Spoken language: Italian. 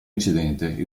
incidente